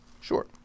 Sure